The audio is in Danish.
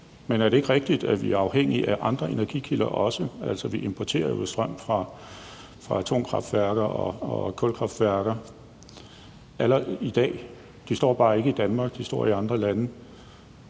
Men er det ikke rigtigt, at vi er afhængige af andre energikilder også? Altså, vi importerer jo strøm fra atomkraftværker og kulkraftværker i dag. De står bare ikke i Danmark. De står i andre lande.